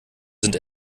sind